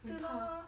很怕